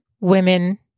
women